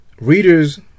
readers